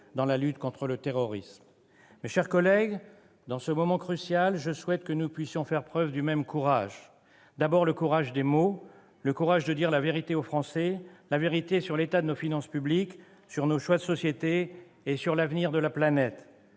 dans la lutte contre le terrorisme. Mes chers collègues, dans ce moment crucial, je souhaite que nous puissions faire preuve du même courage. D'abord, le courage des mots, le courage de dire la vérité aux Français, la vérité sur l'état de nos finances publiques, sur nos choix de société et sur l'avenir de la planète.